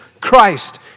Christ